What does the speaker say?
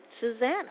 Susanna